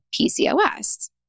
PCOS